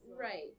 right